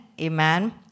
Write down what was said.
Amen